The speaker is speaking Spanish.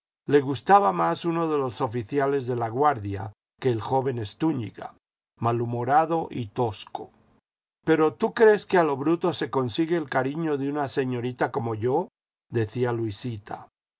le gustaba más uno de los oficiales de laguardia que el joven estúniga malhumorado y tosco pero tú crees que a lo bruto se consigue el cariño de una señorita como yo decía luisita